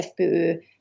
FPÖ